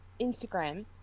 instagram